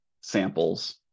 samples